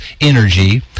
energy